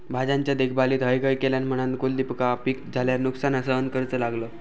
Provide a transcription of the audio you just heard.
भाज्यांच्या देखभालीत हयगय केल्यान म्हणान कुलदीपका पीक झाल्यार नुकसान सहन करूचो लागलो